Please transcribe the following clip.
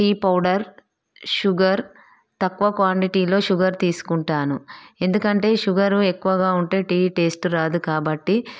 tea powder sugar తక్కువ క్వాంటిటీలో sugar తీసుకుంటాను ఎందుకంటే షుగర్ ఎక్కువగా ఉంటే టీ టేస్ట్ రాదు కాబట్టి